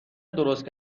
درست